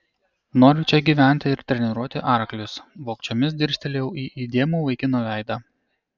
noriu čia gyventi ir treniruoti arklius vogčiomis dirstelėjau į įdėmų vaikino veidą